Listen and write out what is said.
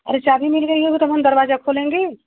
अरे चाबी मिल गई हो तो हम दरवाज़ा खोलेंगे